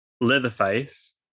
Leatherface